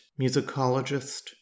musicologist